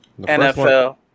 NFL